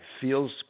feels